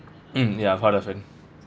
mm ya I've heard of him